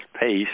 pace